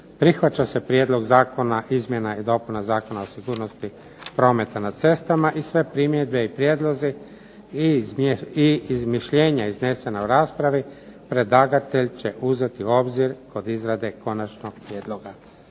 prihvaća se prijedlog Zakona izmjena i dopuna Zakona o sigurnosti prometa na cestama i sve primjedbe i prijedlozi i iz mišljenja iznesena u raspravi predlagatelj će uzeti u obzir kod izrade konačnog prijedloga